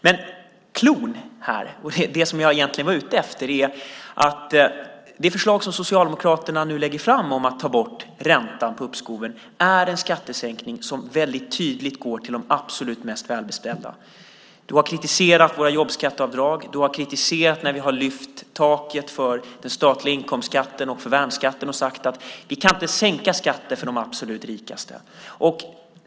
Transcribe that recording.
Men cloun här, det som jag egentligen var ute efter, var att det förslag som Socialdemokraterna nu lägger fram om att ta bort räntan på uppskoven är en skattesänkning som väldigt tydligt går till de absolut mest välbeställda. Du har kritiserat våra jobbskatteavdrag. Du har kritiserat när vi har lyft taket för den statliga inkomstskatten och för värnskatten och sagt att vi inte kan sänka skatter för de absolut rikaste.